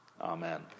Amen